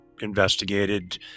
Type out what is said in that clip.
investigated